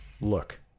look